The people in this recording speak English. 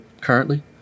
currently